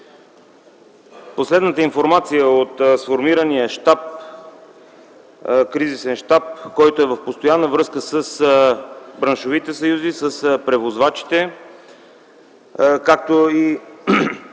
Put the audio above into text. Последната информация от сформирания кризисен щаб, който е в постоянна връзка с браншовите съюзи на превозвачите, както и